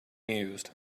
used